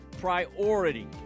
priority